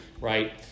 right